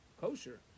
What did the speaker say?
kosher